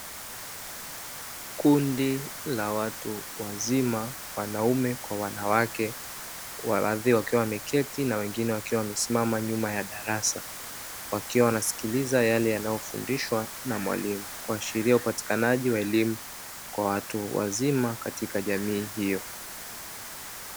Kundi la watu wazima wanaume kwa wanawake wakiwa wameketi na wengine wakiwa wamesimama nyuma ya darasa, wakiwa wanasikiliza yale yanayofundishwa na mwalimu kuashiria upatikanaji wa elimu kwa watu wazima katika jamii hiyo.